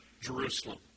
Jerusalem